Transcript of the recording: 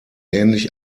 ähnlich